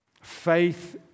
faith